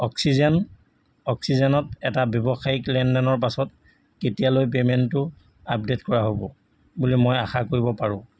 oxygen অক্সিজেনত এটা ব্যৱসায়িক লেনদেনৰ পাছত কেতিয়ালৈ পে'মেণ্টটো আপডেট কৰা হ'ব বুলি মই আশা কৰিব পাৰোঁ